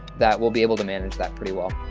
that we'll be able to manage that pretty well.